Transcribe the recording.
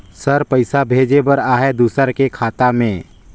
Sir पइसा भेजे बर आहाय दुसर के खाता मे?